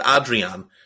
Adrian